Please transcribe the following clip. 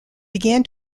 began